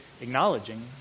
acknowledging